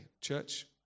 church